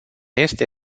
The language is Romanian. este